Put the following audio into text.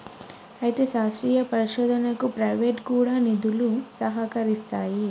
అయితే శాస్త్రీయ పరిశోధనకు ప్రైవేటు కూడా నిధులు సహకరిస్తాయి